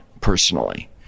personally